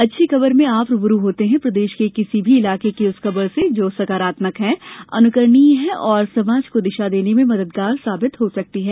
अच्छी खबर में आप रूबरू होते हैं प्रदेश के किसी भी इलाके की उस खबर से जो सकारात्मक है अनुकरणीय है और समाज को दिशा देने में मददगार हो सकती है